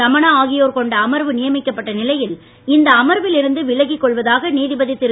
ரமணா ஆகியோர் கொண்ட அமர்வு நியமிக்கப்பட்ட நிலையில் இந்த அமர்வில் இருந்து விலகிக் கொள்வதாக நீதிபதி திரு